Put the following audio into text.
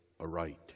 aright